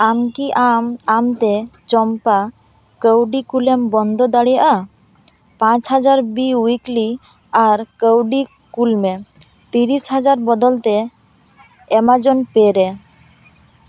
ᱟᱢ ᱠᱤ ᱟᱢ ᱟᱢ ᱛᱮ ᱪᱚᱢᱯᱟ ᱠᱟᱹᱣᱰᱤ ᱠᱩᱞᱮᱢ ᱵᱚᱱᱫᱚ ᱫᱟᱲᱮᱭᱟᱜᱼᱟ ᱯᱟᱸᱪ ᱦᱟᱡᱟᱨ ᱵᱤ ᱩᱭᱤᱠᱞᱤ ᱟᱨ ᱠᱟᱹᱣᱰᱤ ᱠᱩᱞ ᱢᱮ ᱛᱤᱨᱤᱥ ᱦᱟᱡᱟᱨ ᱵᱚᱫᱚᱞ ᱛᱮ ᱮᱢᱟᱡᱚᱱ ᱯᱮ ᱨᱮ